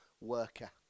worker